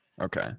Okay